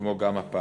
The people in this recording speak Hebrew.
כמו גם הפעם".